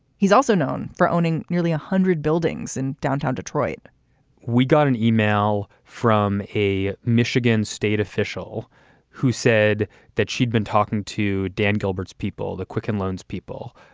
he's also known for owning nearly one hundred buildings in downtown detroit we got an email from a michigan state official who said that she'd been talking to dan gilbert's people, the quicken loans people.